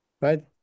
right